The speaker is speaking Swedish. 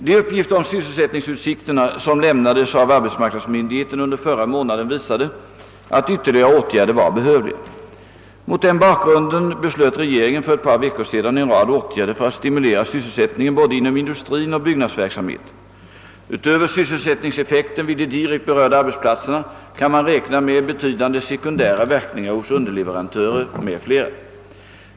De uppgifter om sysselsättningsutsikterna som lämnades av arbetsmarknadsmyndigheterna under förra månaden visade att ytterligare åtgärder var behövliga. Mot den bakgrunden beslöt regeringen för ett par veckor sedan en rad åtgärder för att stimulera sysselsättningen både inom industrin och byggnadsverksamheten. Utöver sysselsättningseffekten vid de direkt berörda arbetsplatserna kan man räkna med betydande sekundära verkningar hos underleverantörer m.fl.